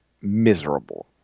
miserable